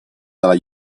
dalla